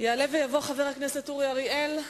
יעלה ויבוא חבר הכנסת אורי אריאל.